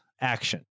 action